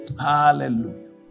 Hallelujah